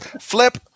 flip